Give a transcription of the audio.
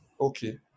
Okay